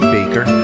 Baker